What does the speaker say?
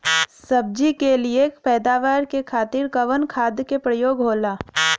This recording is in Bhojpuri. सब्जी के लिए पैदावार के खातिर कवन खाद के प्रयोग होला?